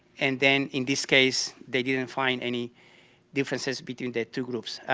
and then in this case they didn't find any differences between the two groups.